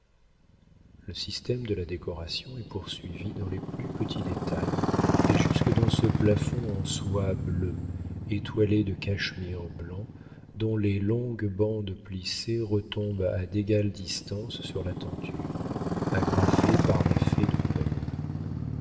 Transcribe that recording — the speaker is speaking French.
le système de la décoration est poursuivi dans les plus petits détails et jusque dans ce plafond en soie bleue étoilé de cachemire blanc dont les longues bandes plissées retombent à d'égales distances sur la tenture agrafées par des nœuds de perles